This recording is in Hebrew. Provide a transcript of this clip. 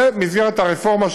זו מסגרת הרפורמה,